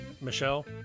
Michelle